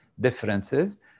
differences